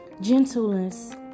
gentleness